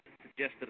suggested